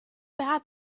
bad